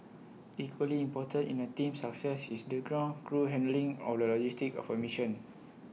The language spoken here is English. equally important in A team's success is the ground crew handling of logistics of A mission